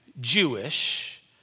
Jewish